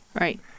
Right